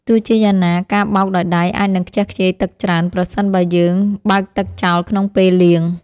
ទោះជាយ៉ាងណាការបោកដោយដៃអាចនឹងខ្ជះខ្ជាយទឹកច្រើនប្រសិនបើយើងបើកទឹកចោលក្នុងពេលលាង។